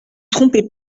trompait